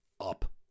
up